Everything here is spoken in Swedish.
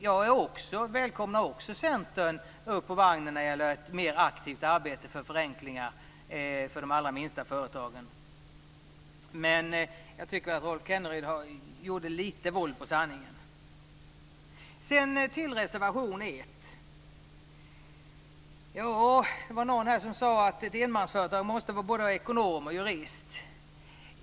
Jag välkomnar också Centern upp på vagnen när det gäller ett mer aktivt arbete för förenklingar för de allra minsta företagen, men jag tycker att Rolf Kenneryd gör litet våld på sanningen. Sedan över till reservation 1. Det var någon här som sade att i ett enmansföretag måste man vara både ekonom och jurist.